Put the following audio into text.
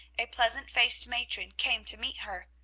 a pleasant-faced matron came to meet her.